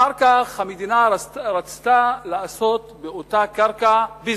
אחר כך המדינה רצתה לעשות באותה קרקע ביזנס,